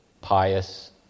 pious